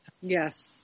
Yes